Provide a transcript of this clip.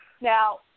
Now